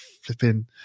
flipping